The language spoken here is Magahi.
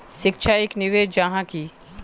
शिक्षा एक निवेश जाहा की?